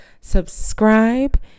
subscribe